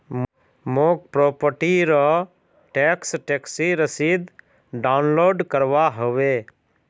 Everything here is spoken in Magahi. मौक प्रॉपर्टी र टैक्स टैक्सी रसीद डाउनलोड करवा होवे